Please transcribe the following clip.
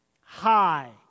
high